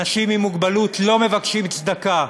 אנשים עם מוגבלות לא מבקשים צדקה,